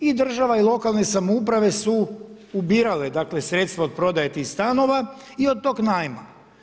I država i lokalne samouprave su ubirale sredstva od prodaje tih stanova i od tog najma.